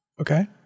Okay